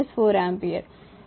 3